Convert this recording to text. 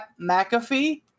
McAfee